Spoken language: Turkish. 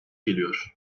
geliyor